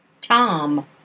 Tom